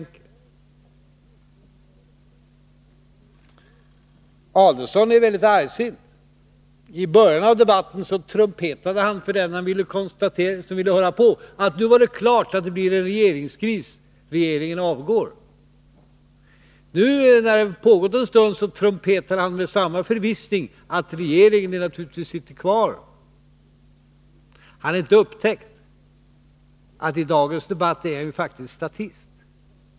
Ulf Adelsohn är väldigt argsint. I början av debatten trumpetade han för den som ville höra på att nu var det klart att det blir en regeringskris, regeringen avgår. Nu när debatten har pågått en stund trumpetar han med samma förvissning att regeringen naturligtvis sitter kvar. Han har inte upptäckt att han faktiskt i dagens debatt är statist.